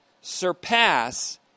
surpass